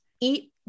eat